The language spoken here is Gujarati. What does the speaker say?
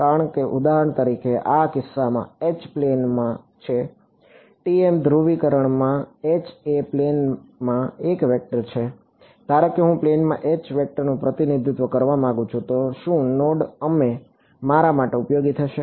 કારણ કે ઉદાહરણ તરીકે આ કિસ્સામાં H પ્લેનમાં છે TM ધ્રુવીકરણમાં H એ પ્લેનમાં એક વેક્ટર છે ધારો કે હું પ્લેનમાં H વેક્ટરનું પ્રતિનિધિત્વ કરવા માગું છું તો શું નોડ અમે મારા માટે ઉપયોગી થશે